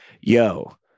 yo